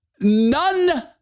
None